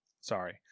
sorry